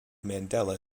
mandela